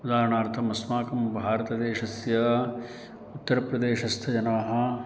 उदाहरणार्थम् अस्माकं भारतदेशस्य उत्तरप्रदेशस्थजनाः